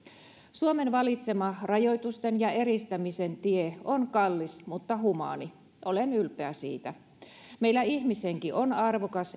suomen valitsema rajoitusten ja eristämisen tie on kallis mutta humaani olen ylpeä siitä meillä ihmishenki on arvokas